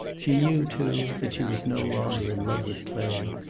she knew, too, that she was no longer in love with clay,